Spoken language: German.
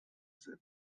sind